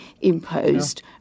imposed